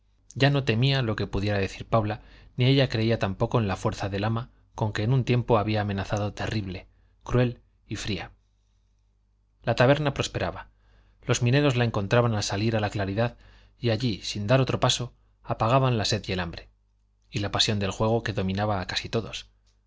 ya no temía lo que pudiera decir paula ni ella creía tampoco en la fuerza del arma con que en un tiempo había amenazado terrible cruel y fría la taberna prosperaba los mineros la encontraban al salir a la claridad y allí sin dar otro paso apagaban la sed y el hambre y la pasión del juego que dominaba a casi todos